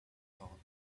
thought